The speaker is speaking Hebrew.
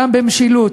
גם במשילות,